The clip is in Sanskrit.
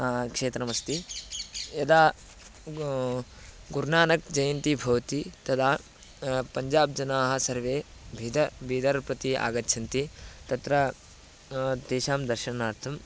क्षेत्रमस्ति यदा गुरुनानक् जयन्ती भवति तदा पञ्जाब् जनाः सर्वे भीद बीदर् प्रति आगच्छन्ति तत्र तेषां दर्शनार्थं